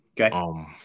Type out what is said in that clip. Okay